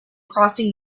crossing